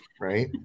right